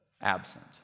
absent